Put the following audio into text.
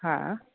હા